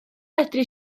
medru